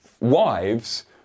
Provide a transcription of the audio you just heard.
wives